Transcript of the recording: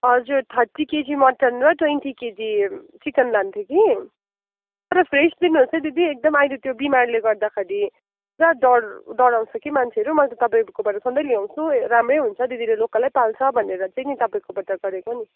thirty KG mutton र twenty KG chicken लान्थेँ कि तर फ्रेस दिनुहोस् है दिदी एकदम अहिले त्यो बिमारले गर्दाखेरि पुरा डर डराउँछ कि मान्छेहरू मैले त तपाईँकोबाट सधैँ ल्याउँछु राम्रै हुन्छ दिदीले लोकलै पाल्छ भनेर चाहिँ नि तपाईँबाट गरेको नि